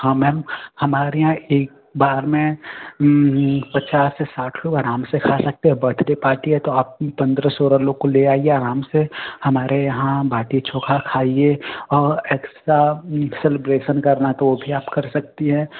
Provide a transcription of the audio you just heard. हँ मैम हमारे यहाँ क बार में पच्चास से साठ लोग आराम से खा सकते हें बर्थडे पार्टी है तो आप पंद्रह सोलह लोग को ले आइए आराम से हमारे यहाँ बाटी चोखा खाइए और एक्स्ट्रा सेलिब्रेसन करना है तो भी आप कर सकती हैं